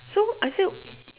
so I said